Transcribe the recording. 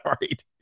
right